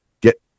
get